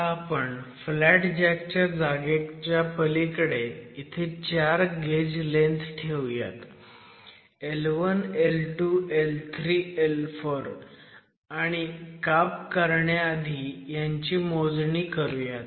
आता आपण flat jack च्या जागेच्या पलीकडे इथे 4 गेज लेन्थ ठेऊयात L1 L2 L3 आणि L4 आणि काप करण्याआधी मोजणी करूयात